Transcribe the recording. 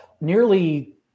nearly